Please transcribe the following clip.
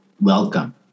welcome